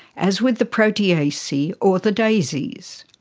as with the proteaceae or the daisies.